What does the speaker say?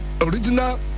original